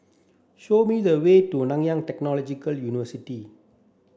show me the way to Nanyang Technological University